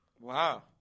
Wow